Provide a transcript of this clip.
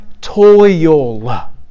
toil